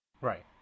Right